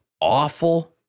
awful